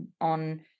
on